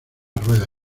rueda